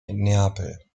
neapel